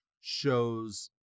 shows